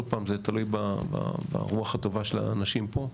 זה תלוי ברוח הטובה של הנשים פה.